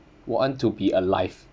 want to be alive